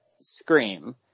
Scream